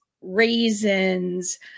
raisins